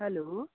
hello